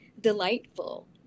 delightful